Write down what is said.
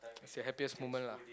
is your happiest moment lah